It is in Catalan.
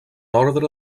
ordre